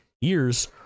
years